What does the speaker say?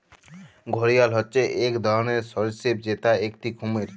ঘড়িয়াল হচ্যে এক ধরলর সরীসৃপ যেটা একটি কুমির